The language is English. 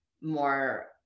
more